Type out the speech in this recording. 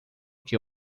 que